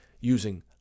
using